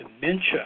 dementia